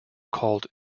called